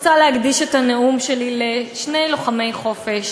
רוצה להקדיש את הנאום שלי לשני לוחמי חופש